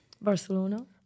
Barcelona